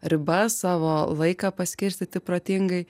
ribas savo laiką paskirstyti protingai